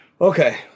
Okay